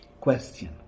Question